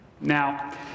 now